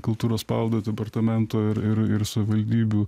kultūros paveldo departamento ir ir savivaldybių